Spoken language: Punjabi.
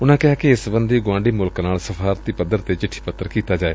ਉਨੂਾ ਕਿਹਾ ਕਿ ਇਸ ਸਬੰਧੀ ਗੁਆਂਢੀ ਮੁਲਕ ਨਾਲ ਸਫਾਰਤੀ ਪੱਧਰ ਤੇ ਚਿੱਠੀ ਪੱਤਰ ਕੀਤੀ ਜਾਏ